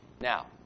Now